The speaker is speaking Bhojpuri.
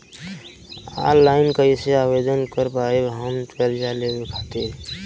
ऑनलाइन कइसे आवेदन कर पाएम हम कर्जा लेवे खातिर?